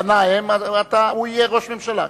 גנאים, הוא יהיה ראש ממשלה.